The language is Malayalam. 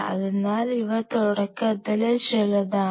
അതിനാൽ ഇവ തുടക്കത്തിലെ ചിലതാണ്